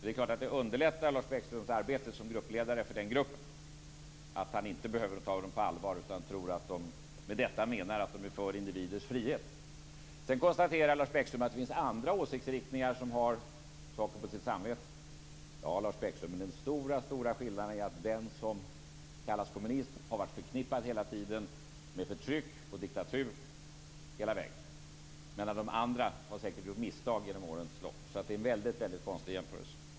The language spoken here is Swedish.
Det är klart att det underlättar Lars Bäckströms arbete som gruppledare för den gruppen om han inte behöver ta dem på allvar utan tror att de med detta menar att de är för individers frihet. Sedan konstaterar Lars Bäckström att det finns andra åsiktsriktningar som har saker på sitt samvete. Ja, Lars Bäckström, men den stora skillnaden är att den som kallas kommunism hela tiden har varit förknippad med förtryck och diktatur medan de andra säkert har gjort misstag genom årens lopp. Det är en väldigt konstig jämförelse.